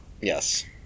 yes